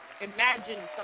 imagine